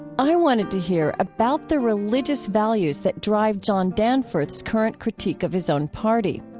i wanted to hear about the religious values that drive john danforth's current critique of his own party.